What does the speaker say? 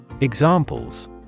Examples